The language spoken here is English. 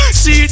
See